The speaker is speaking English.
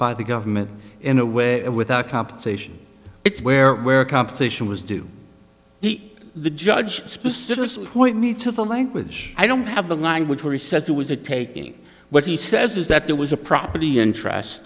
by the government in a way without compensation it's where where compensation was due he the judge specifically point me to the language i don't have the language where he says it was a taking what he says is that there was a property interest